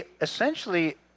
essentially